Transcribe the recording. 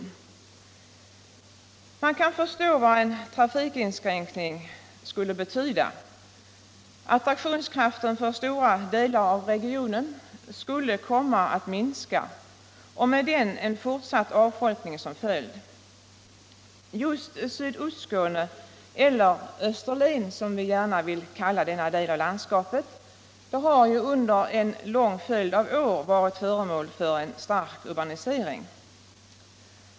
Man kan förstå vad en trafikinskränkning här skulle betyda: Attraktionskraften för stora delar av regionen skulle komma att minska, och därmed skulle följa en fortsatt avfolkning. Just Sydostskåne eller Österlen, som vi gärna vill kalla denna del av landskapet, har under en lång följd av år varit föremål för en stark urbanisering.